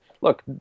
look